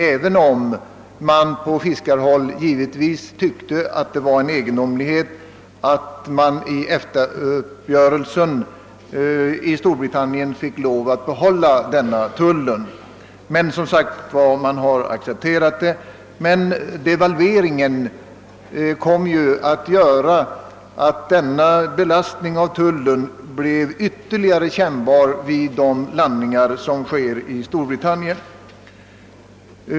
Även om man på fiskarhåll givetvis funnit det egendomligt att Storbritannien i EFTA-uppgörelsen fick tillåtelse att bibehålla denna tull, har man dock, som sagt, accepterat saken. Devalveringen gjorde emellertid belastningen genom tullen vid landningar i Storbritannien än mera kännbar.